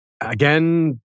again